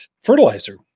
fertilizer